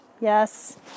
Yes